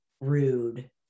rude